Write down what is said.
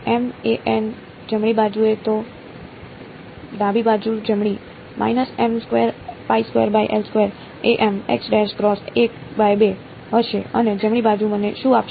m જમણી બાજુ તો ડાબી બાજુ જમણી હશે અને જમણી બાજુ મને શું આપશે